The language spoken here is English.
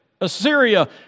Assyria